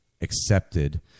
accepted